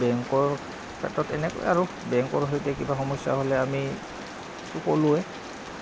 বেংকৰ ক্ষেত্ৰত এনেকৈ আৰু বেংকৰ সৈতে কিবা সমস্যা হ'লে আমি সকলোৱে